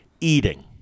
eating